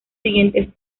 siguientes